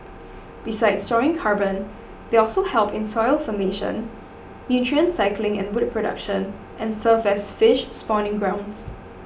besides storing carbon they also help in soil formation nutrient cycling and wood production and serve as fish spawning grounds